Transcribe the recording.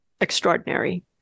extraordinary